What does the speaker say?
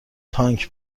تانک